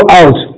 out